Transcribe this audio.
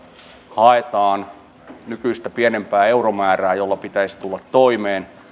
haetaan nykyistä pienempää euromäärää jolla pitäisi tulla toimeen